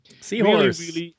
Seahorse